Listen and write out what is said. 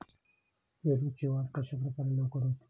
पेरूची वाढ कशाप्रकारे लवकर होते?